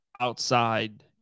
outside